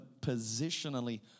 positionally